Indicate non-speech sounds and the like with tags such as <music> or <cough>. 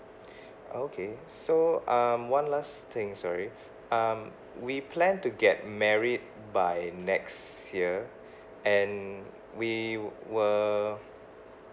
<breath> okay so um one last thing sorry <breath> um we plan to get married by next year <breath> and we wou~ were